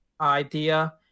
idea